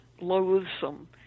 loathsome